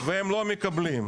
והם לא מקבלים.